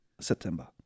September